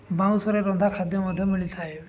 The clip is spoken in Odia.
ବାଉଁଶରେ ରନ୍ଧା ଖାଦ୍ୟ ମଧ୍ୟ ମିଳିଥାଏ